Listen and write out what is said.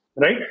Right